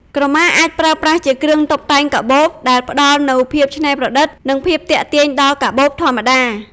ក្រមាអាចប្រើប្រាស់ ជាគ្រឿងតុបតែងកាបូប ដែលផ្តល់នូវភាពច្នៃប្រឌិត និងភាពទាក់ទាញដល់កាបូបធម្មតា។